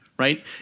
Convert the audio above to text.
Right